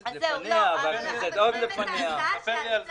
הכנסת לפניה והכנסת עוד לפניה...